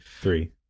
Three